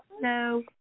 No